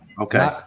Okay